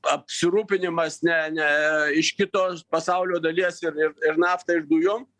apsirūpinimas ne ne iš kitos pasaulio dalies ir ir ir nafta ir dujom